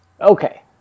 Okay